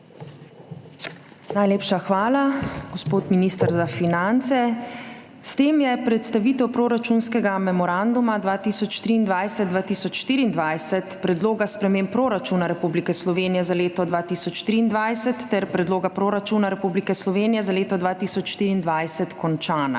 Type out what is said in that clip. Najlepša hvala, gospod minister za finance. S tem je predstavitev proračunskega memoranduma 2023/2024 predloga sprememb proračuna Republike Slovenije za leto 2023 ter predloga proračuna Republike Slovenije za leto 2024 končana.